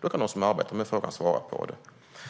Då kan de som arbetar med frågan svara.